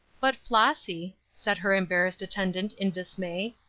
but, flossy, said her embarrassed attendant in dismay,